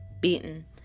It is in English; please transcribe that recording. beaten